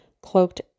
cloaked